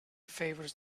favours